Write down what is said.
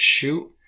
shoot